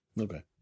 Okay